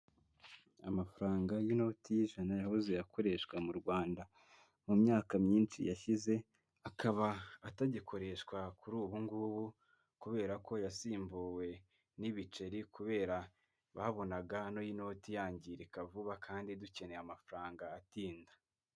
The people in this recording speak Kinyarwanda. Amafaranga y'inoti y'ijana yahoze akoreshwa mu Rwanda mu myaka myinshi yashize, akaba atagikoreshwa kuri ubu ngubu kubera ko yasimbuwe n'ibiceri kubera babonaga ano y'inoti yangirika vuba kandi dukeneye amafaranga atinda.